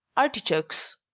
artichokes.